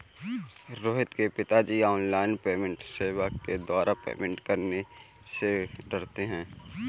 रोहित के पिताजी online payment सेवा के द्वारा पेमेंट करने से डरते हैं